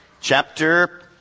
chapter